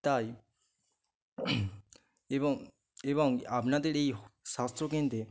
তাই এবং এবং আপনাদের এই স্বাস্থ্যকেন্দ্রে